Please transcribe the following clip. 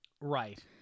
Right